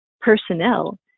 personnel